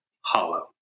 hollow